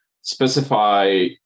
specify